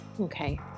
Okay